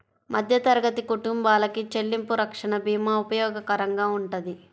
మధ్యతరగతి కుటుంబాలకి చెల్లింపు రక్షణ భీమా ఉపయోగకరంగా వుంటది